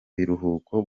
biruhuko